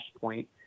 point